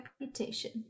reputation